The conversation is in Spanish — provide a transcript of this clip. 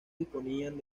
disponían